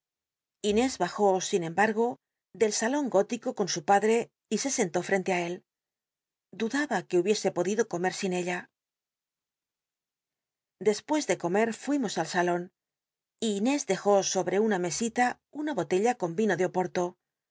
inés bajó si n embargo del salon gólico con su pache y se sentó rrcntc i él dudaba que hubiese podido come sin ella despucs de comer fuimos al alon y inés dejó sobrc una mesita una botella con vino de oporto